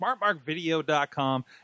smartmarkvideo.com